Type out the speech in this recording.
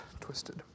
twisted